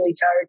tired